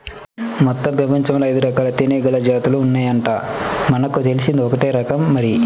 మొత్తం పెపంచంలో ఐదురకాల తేనీగల జాతులు ఉన్నాయంట, మనకు తెలిసింది ఒక్కటే రకం మరి